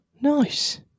Nice